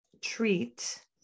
treat